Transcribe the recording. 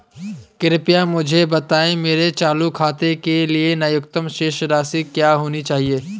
कृपया मुझे बताएं मेरे चालू खाते के लिए न्यूनतम शेष राशि क्या होनी चाहिए?